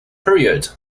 period